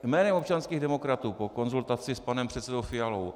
Jménem občanských demokratů po konzultaci s panem předsedou Fialou.